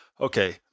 Okay